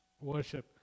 worship